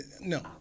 no